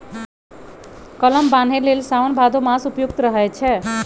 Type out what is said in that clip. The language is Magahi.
कलम बान्हे लेल साओन भादो मास उपयुक्त रहै छै